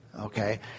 Okay